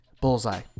Bullseye